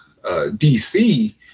DC